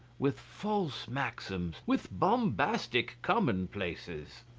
with false maxims, with bombastic commonplaces!